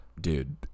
dude